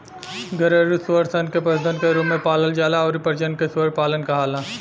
घरेलु सूअर सन के पशुधन के रूप में पालल जाला अउरी प्रजनन के सूअर पालन कहाला